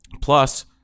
plus